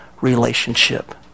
relationship